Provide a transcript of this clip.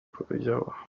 powiedziała